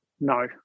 No